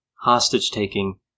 hostage-taking